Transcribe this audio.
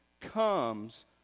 comes